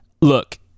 look